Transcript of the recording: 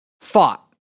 fought